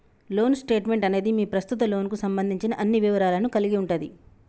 loan statement అనేది మీ ప్రస్తుత లోన్కు సంబంధించిన అన్ని వివరాలను కలిగి ఉంటది